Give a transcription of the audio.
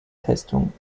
testung